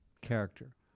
character